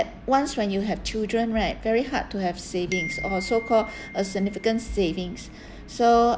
once when you have children right very hard to have savings or so-called a significant savings so